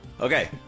Okay